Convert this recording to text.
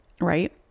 right